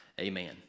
Amen